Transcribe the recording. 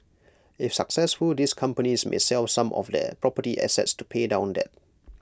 if successful these companies may sell some of their property assets to pay down debt